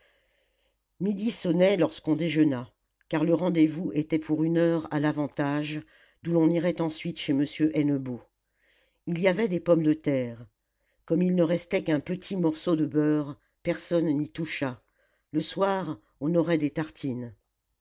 midi sonnait lorsqu'on déjeuna car le rendez-vous était pour une heure à l'avantage d'où l'on irait ensuite chez m hennebeau il y avait des pommes de terre comme il ne restait qu'un petit morceau de beurre personne n'y toucha le soir on aurait des tartines